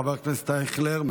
חבר הכנסת אייכלר,